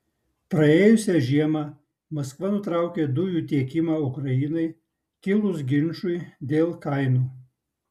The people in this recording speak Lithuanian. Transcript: praėjusią žiemą maskva nutraukė dujų tiekimą ukrainai kilus ginčui dėl kainų